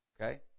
Okay